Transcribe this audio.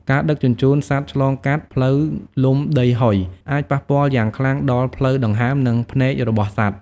ការដឹកជញ្ជូនសត្វឆ្លងកាត់ ផ្លូវលំដីហុយ អាចប៉ះពាល់យ៉ាងខ្លាំងដល់ផ្លូវដង្ហើម និងភ្នែករបស់សត្វ។